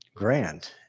grand